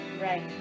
right